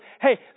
Hey